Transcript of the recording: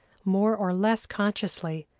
more or less consciously,